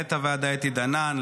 למנהלת הוועדה אתי דנן,